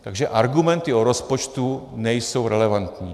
Takže argumenty o rozpočtu nejsou relevantní.